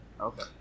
Okay